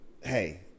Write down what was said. Hey